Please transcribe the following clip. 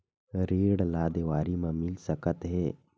ऋण ला देवारी मा मिल सकत हे